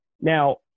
Now